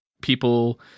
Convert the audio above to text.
people